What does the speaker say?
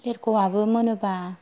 लेरख'वाबो मोनोब्ला